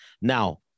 now